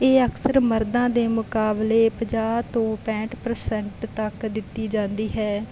ਇਹ ਅਕਸਰ ਮਰਦਾਂ ਦੇ ਮੁਕਾਬਲੇ ਪੰਜਾਹ ਤੋਂ ਪੈਂਹਠ ਪਰਸੈਂਟ ਤੱਕ ਦਿੱਤੀ ਜਾਂਦੀ ਹੈ